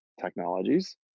technologies